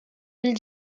fil